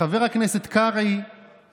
חבר הכנסת קרעי.